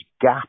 gap